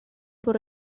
bwrw